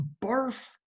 barf